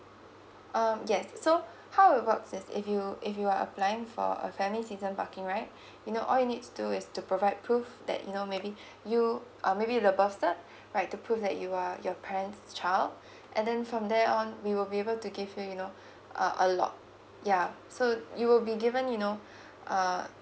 um yes so how about this if you if you are applying for a family season parking right you know all you need to do is to provide proof that you know maybe you uh maybe the birth cert right to prove that you are your parents child and then from there on we will be able to give you you know uh a lot yeah so you will be given you know uh